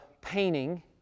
painting